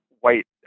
white